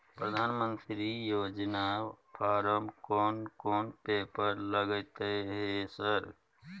प्रधानमंत्री योजना फारम कोन कोन पेपर लगतै है सर?